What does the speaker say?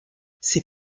ses